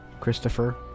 Christopher